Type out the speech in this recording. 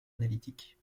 analytique